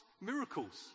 miracles